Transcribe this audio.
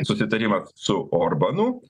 susitarimas su orbanu